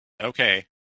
okay